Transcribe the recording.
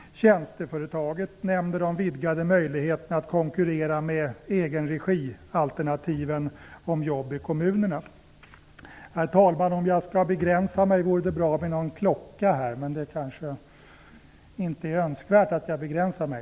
Tjänsteföretaget nämner de vidgade möjligheterna att konkurrera med alternativen i egen regi om jobben i kommunerna. Herr talman! Om jag skall begränsa mig vore det bra med en klocka. Men det kanske inte är önskvärt att jag begränsar mig.